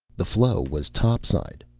the flow was topside.